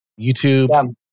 YouTube